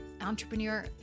entrepreneur